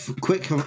Quick